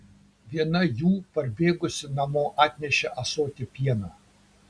viena jų parbėgusi namo atnešė ąsotį pieno